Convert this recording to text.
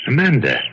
Amanda